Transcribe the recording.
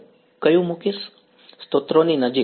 વિદ્યાર્થી સ્ત્રોતોની નજીક